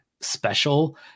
special